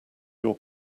your